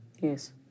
Yes